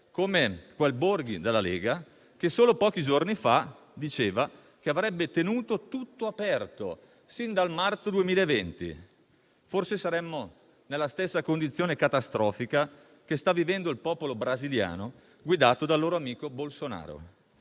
come quel Borghi della Lega che solo pochi giorni fa diceva che avrebbe tenuto tutto aperto fin dal marzo 2020. Forse saremmo nella stessa condizione catastrofica che sta vivendo il popolo brasiliano, guidato dal loro amico Bolsonaro.